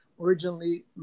originally